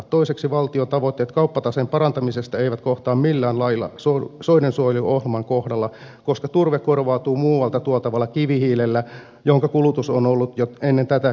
toiseksi valtion tavoitteet kauppataseen parantamisesta eivät kohtaa millään lailla soidensuojeluohjelman kohdalla koska turve korvautuu muualta tuotavalla kivihiilellä jonka kulutus on ollut jo ennen tätäkin kasvussa